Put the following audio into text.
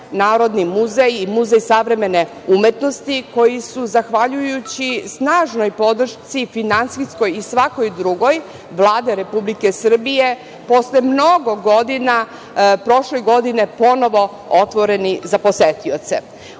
Narodni muzej i Muzej savremene umetnosti, koji su zahvaljujući snažnoj podršci, finansijskoj i svakoj drugoj Vlade Republike Srbije, posle mnogo godina prošle godine ponovo otvoreni za posetioce. Uverena